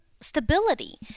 stability